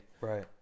right